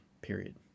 period